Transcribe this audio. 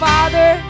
Father